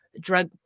drug